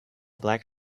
black